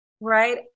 right